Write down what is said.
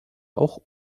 auch